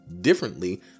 differently